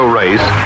race